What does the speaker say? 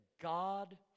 God